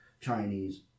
Chinese